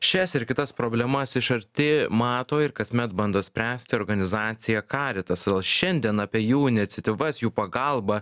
šias ir kitas problemas iš arti mato ir kasmet bando spręsti organizacija caritas todėl šiandien apie jų iniciatyvas jų pagalbą